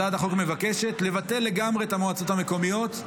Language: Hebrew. הצעת החוק מבקשת לבטל לגמרי את המועצות המקומיות.